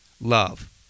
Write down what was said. love